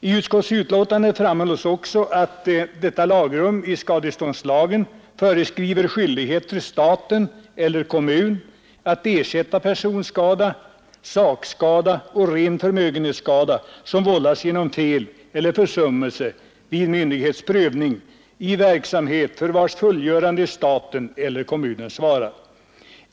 I utskottets betänkande framhålles att detta lagrum i skadeståndslagen föreskriver skyldighet för staten eller kommun att ersätta personskada, sakskada och ren förmögenhetsskada, som vållas genom fel eller försummelse vid myndighetsutövning i verksamhet för vars fullgörande staten eller kommunen svarar.